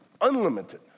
unlimited